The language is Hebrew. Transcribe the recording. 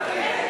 חנין